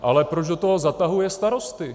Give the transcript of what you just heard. Ale proč do toho zatahuje starosty?